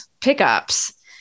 pickups